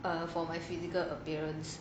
err for my physical appearance